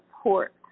support